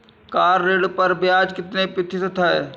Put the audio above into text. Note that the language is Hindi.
कार ऋण पर ब्याज कितने प्रतिशत है?